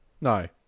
No